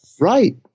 right